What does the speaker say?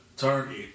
Target